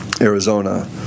Arizona